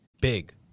big